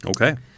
okay